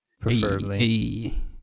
preferably